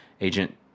agent